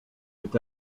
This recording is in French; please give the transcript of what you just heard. est